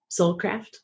Soulcraft